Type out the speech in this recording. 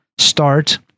start